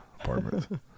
apartment